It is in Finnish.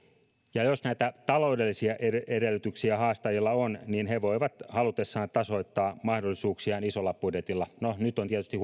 ja jos näitä taloudellisia edellytyksiä haastajilla on niin he voivat halutessaan tasoittaa mahdollisuuksiaan isolla budjetilla no nyt on tietysti